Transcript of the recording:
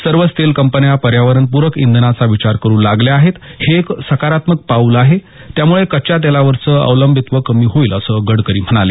सर्वच तेल कंपन्या पर्यावरणपूरक इंधनाचा विचार करू लागल्या आहेत हे एक सकारात्मक पाऊल आहे त्यामुळे कच्च्या तेलावरचं अवलंबित्व कमी होईल असंही गडकरी म्हणाले